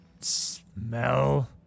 smell